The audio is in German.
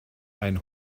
ein